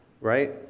right